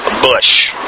Bush